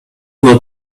not